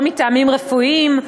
או מטעמים רפואיים,